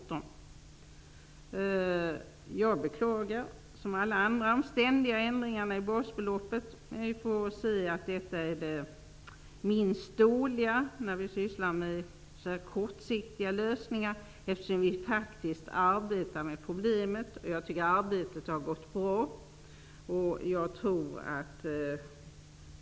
Som alla andra beklagar också jag de ständiga ändringarna av basbeloppet. Men detta är det minst dåliga när det gäller så här kortsiktiga lösningar. Vi arbetar ju faktiskt med problemet, och jag tycker att arbetet har gått bra.